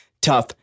tough